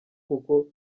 kuko